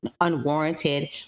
unwarranted